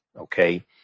Okay